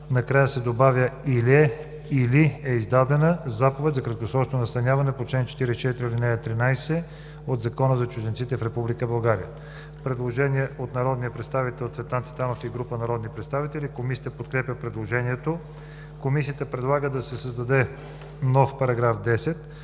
накрая се добавя „или е издадена заповед за краткосрочно настаняване по чл. 44, ал. 13 от Закона за чужденците в Република България“.“ Има предложение от народния представител Цветан Цветанов и група народни представители. Комисията подкрепя предложението. Комисията предлага да се създаде нов § 10: „§ 10.